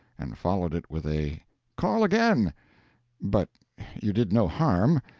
and followed it with a call again but you did no harm,